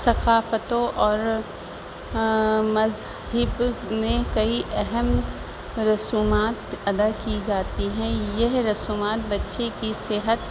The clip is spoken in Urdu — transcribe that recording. ثقافتوں اور مذاہب میں کئی اہم رسومات ادا کی جاتی ہیں یہ رسومات بچے کی صحت